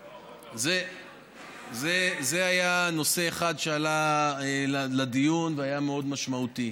זה היה נושא אחד לדיון, והיה מאוד משמעותי.